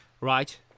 Right